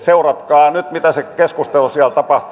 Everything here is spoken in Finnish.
seuratkaa nyt miten se keskustelu siellä tapahtuu